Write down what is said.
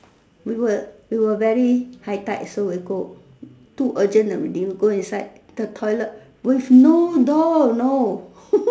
we were we were very high tight so we go too urgent already when we go inside the toilet with no door no